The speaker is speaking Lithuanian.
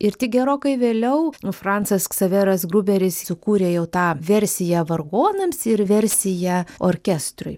ir tik gerokai vėliau francas ksaveras gruberis sukūrė jau tą versiją vargonams ir versiją orkestrui